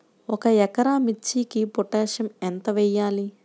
ఒక ఎకరా మిర్చీకి పొటాషియం ఎంత వెయ్యాలి?